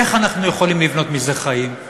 איך אנחנו יכולים לבנות מזה חיים?